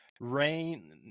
rain